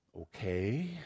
Okay